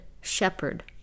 shepherd